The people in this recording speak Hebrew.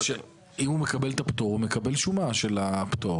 אז הוא מקבל שומה של הפטור.